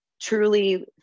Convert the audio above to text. truly